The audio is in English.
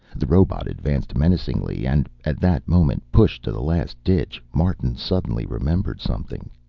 the robot advanced menacingly. and at that moment, pushed to the last ditch, martin suddenly remembered something.